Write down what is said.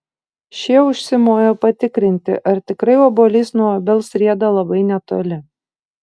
šie užsimojo patikrinti ar tikrai obuolys nuo obels rieda labai netoli